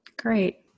Great